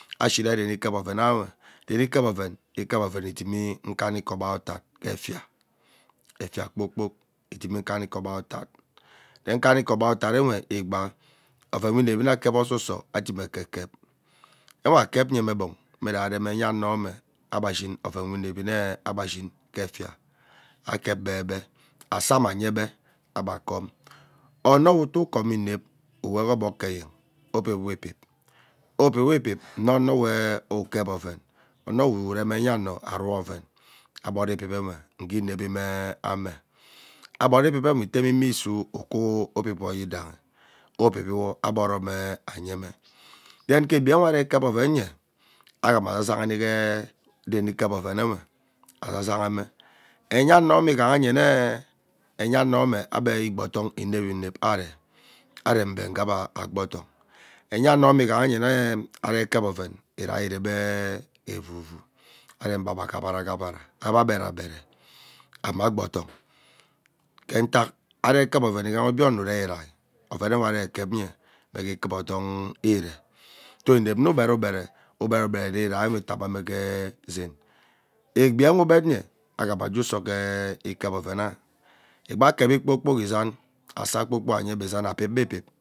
Ashi rai renikep ovena nwe dere ikep oven ikep oven idemi nkanika ogbae otat ke efia, efia kpoor kpok ediimi nkanika ogboa otat ghee nkanike ogboa ototarenwe igbaa ovenwe inevi nna akep ususo ademi ekep kep nnwe akep nyee mme gbon mme varem enya ano enmee abgba shin oven we inevi nnee agbe shin ke efia akep gbee gbee asama ayegbe agba kom ono we ute nkomo inep uweghee ogbog ghee eyen ubib wo ibib ubibbiwo ibib nne ono wu reee ukep oven ono wu reme enya ano arui oven agboro ibib enwe ighee inevi mme amme agboro ibib nwe ere me imiisuu ukuu bibwo yidayhi ubibiwo agboro mme agheme yen ke egbi enwe ari kep oven nyee aghama zaazami ghee deen ikep oven nwe azaza ghem enye ano egbe ighahayenee enya ano mme agbe igbo odong inep inep aree arembe ughaba agbo odong enya ano mme ighaha nyenaa aree ikep oven iri ireebeee evuvu arembe agbe aghabara aghabara agbere agbere anima gbo odong ke utak aree ikep oven egha obie ono uree irai ovenewe are ekep nye mgbe gee ikuva odongnu iree so inep mme ugbere ugbere, ugbere ugbere, ree rai nnwe itaghame ghee zaan igbenwe igbet nye aghama jee uso gheee ikep ovena egbi akevi kpoor kpok izaan asaa kpoor kpok ayebe izaan, abibe ibib